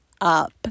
up